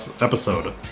episode